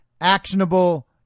actionable